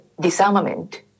disarmament